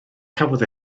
cafodd